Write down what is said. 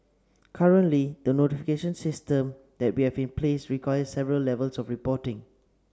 currently the notification system that we have in place requires several levels of reporting